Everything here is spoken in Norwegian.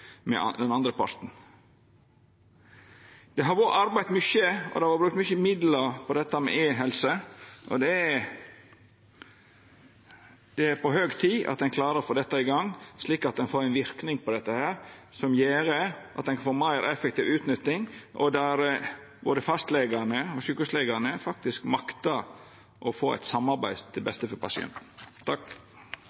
med den andre parten. Det har vore arbeidd mykje med, og det har vore brukt mykje midlar på e-helse. Det er på høg tid at ein klarer å få dette i gang, slik at ein får ein verknad som gjer at ein kan få meir effektiv utnytting, der både fastlegane og sjukehuslegane faktisk maktar å få til eit samarbeid til